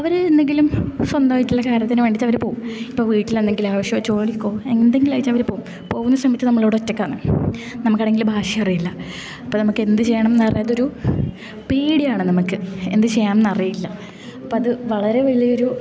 അവര് എന്തെങ്കിലും സ്വന്തായിട്ടുള്ള കാര്യത്തിനോ വേണ്ടിയിട്ടവര് പോകും ഇപ്പോൾ വീട്ടിലെന്തെങ്കിലും ആവശ്യമോ ജോലിക്കോ എന്തെങ്കിലും ആയിട്ടവര് പോകും പോകുന്ന സമയത്ത് നമ്മളിവിടെ ഒറ്റക്കാണ് നമുക്കാണെങ്കില് ഭാഷ അറിയില്ല അപ്പം നമുക്ക് എന്ത് ചെയ്യണന്നറിയാതൊരു പേടിയാണ് നമുക്ക് എന്ത് ചെയ്യണന്നറിയില്ല ഇപ്പത് വളരെ വലിയൊരു